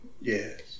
Yes